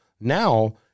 Now